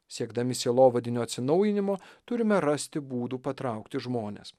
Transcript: siekdami sielovadinio atsinaujinimo turime rasti būdų patraukti žmones